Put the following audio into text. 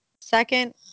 Second